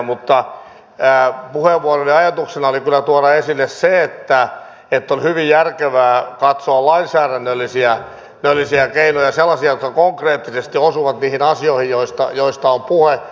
mutta puheenvuoroni ajatuksena oli kyllä tuoda esille se että on hyvin järkevää katsoa lainsäädännöllisiä keinoja sellaisia jotka konkreettisesti osuvat niihin asioihin joista on puhe